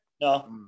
No